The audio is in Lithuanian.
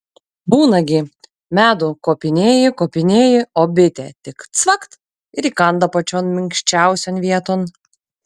būna gi medų kopinėji kopinėji o bitė tik cvakt ir įkanda pačion minkščiausion vieton